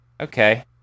Okay